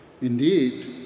Indeed